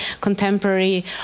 contemporary